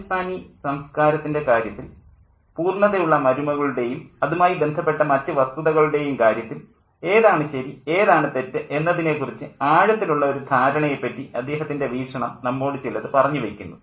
രാജസ്ഥാനി സംസ്കാരത്തിൻ്റെ കാര്യത്തിൽ പൂർണ്ണത ഉള്ള മരുമകളുടെയും അതുമായി ബന്ധപ്പെട്ട മറ്റ് വസ്തുതകളുടെയും കാര്യത്തിൽ ഏതാണ് ശരി ഏതാണ് തെറ്റ് എന്നതിനെക്കുറിച്ച് ആഴത്തിലുള്ള ഒരു ധാരണയെപ്പറ്റി അദ്ദേഹത്തിൻ്റെ വീക്ഷണം നമ്മോടു ചിലത് പറഞ്ഞു വയ്ക്കുന്നു